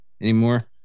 anymore